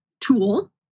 tool